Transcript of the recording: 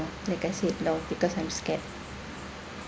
like I said no because I'm scared